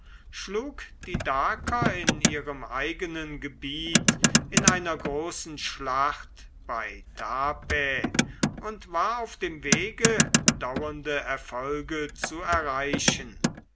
schlug die daker in ihrem eigenen gebiet in einer großen schlacht bei tapae und war auf dem wege dauernde erfolge zu erreichen